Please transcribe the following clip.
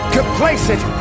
Complacent